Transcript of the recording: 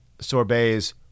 Sorbets